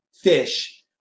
fish